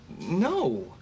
No